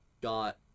got